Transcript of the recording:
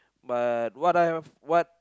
but what I've what